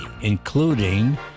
including